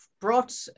brought